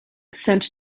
sent